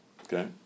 Okay